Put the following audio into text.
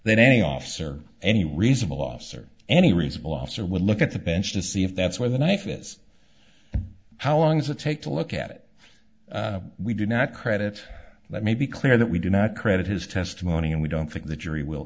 that any officer any reasonable officer any reasonable officer would look at the bench to see if that's where the knife is how long does it take to look at it we did not credit let me be clear that we do not credit his testimony and we don't think the jury will